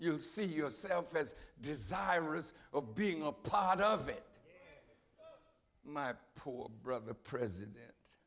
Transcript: you see yourself as desirous of being a part of it my poor brother the president